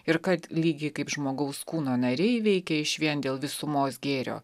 ir kad lygiai kaip žmogaus kūno nariai veikia išvien dėl visumos gėrio